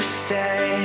stay